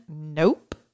Nope